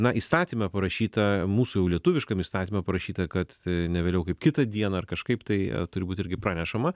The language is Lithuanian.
na įstatyme parašyta mūsų lietuviškam įstatyme parašyta kad ne vėliau kaip kitą dieną ar kažkaip tai turi būt irgi pranešama